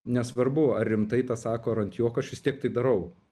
nesvarbu ar rimtai tą sako ar ant juoko aš vis tiek tai darau